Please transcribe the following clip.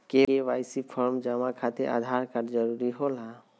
KYC form जमा खातिर Aadhaar card जरूरी होला?